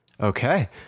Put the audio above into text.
Okay